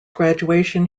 graduation